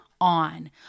on